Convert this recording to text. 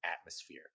atmosphere